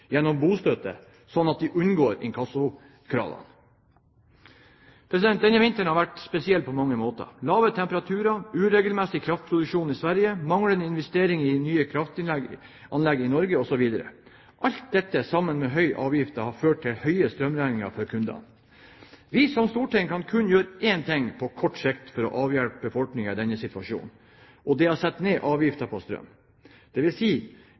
gjennom bostøtte, slik at de unngår inkassokravene. Denne vinteren har vært spesiell på mange måter: lave temperaturer, uregelmessig kraftproduksjon i Sverige, manglende investeringer i nye kraftanlegg i Norge, osv. Alt dette, sammen med høye avgifter, har ført til høye strømregninger for kundene. Vi som storting kan kun gjøre én ting på kort sikt for å avhjelpe befolkningen i denne situasjonen: sette ned avgiften på strøm, dvs. elektrisitetsavgiften og merverdiavgiften. Det